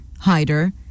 hider